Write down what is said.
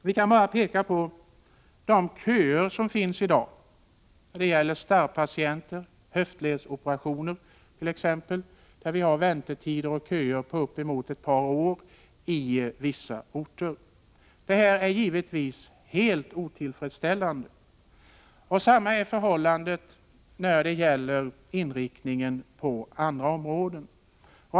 Jag kan bara peka på de köer som finns i dag när det gäller t.ex. starrpatienter och höftledsoperationer, där det finns väntetider och köer på upp till två år på vissa orter. Det är givetvis helt otillfredsställande, och detsamma är förhållandet när det gäller inriktningen på andra områden.